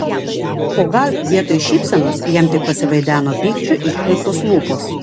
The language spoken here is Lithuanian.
o gal vietoj šypsenos jam tik pasivaideno pykčio iškreiptos lūpos